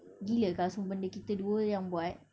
gila kalau semua benda kita dua jer yang buat